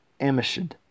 Amishad